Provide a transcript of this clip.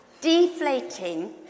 deflating